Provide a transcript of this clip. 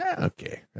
Okay